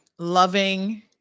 loving